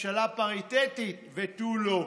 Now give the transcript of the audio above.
ממשלה פריטטית ותו לא.